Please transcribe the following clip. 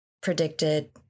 predicted